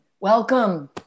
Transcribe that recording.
welcome